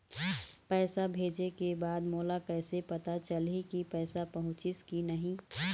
पैसा भेजे के बाद मोला कैसे पता चलही की पैसा पहुंचिस कि नहीं?